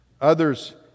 Others